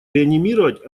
реанимировать